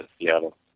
Seattle